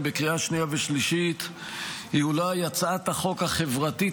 בקריאה שנייה ושלישית היא אולי הצעת החוק החברתית